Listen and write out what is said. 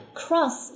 cross